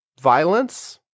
violence